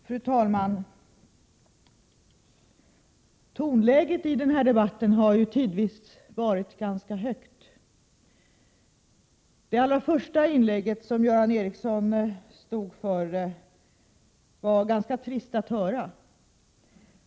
Fru talman! Tonläget i den här debatten har tidvis varit ganska högt. Det allra första inlägg som Göran Ericsson stod för var ganska trist att höra.